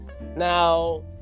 Now